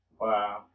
Wow